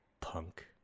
punk